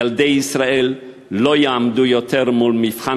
ילדי ישראל לא יעמדו יותר מול מבחן